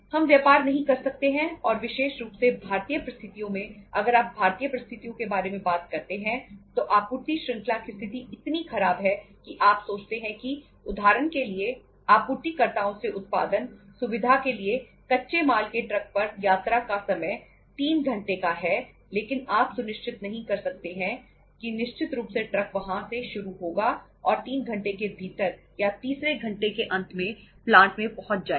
हम व्यापार नहीं कर सकते हैं और विशेष रूप से भारतीय परिस्थितियों में अगर आप भारतीय परिस्थितियों के बारे में बात करते हैं तो आपूर्ति श्रृंखला की स्थिति इतनी खराब है कि आप सोचते हैं कि उदाहरण के लिए आपूर्तिकर्ताओं से उत्पादन सुविधा के लिए कच्चे माल के ट्रक पर यात्रा का समय 3 घंटे का है लेकिन आप यह सुनिश्चित नहीं कर सकते हैं कि निश्चित रूप से ट्रक वहां से शुरू होगा और 3 घंटे के भीतर या तीसरे घंटे के अंत में प्लांट में पहुंच जाएगा